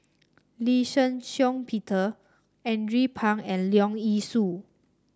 Lee Shih Shiong Peter Andrew Phang and Leong Yee Soo